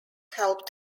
helped